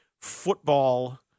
football